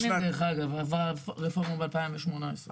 דרך אגב הרפורמה עברה בשנת 2018 בוועדת הפנים.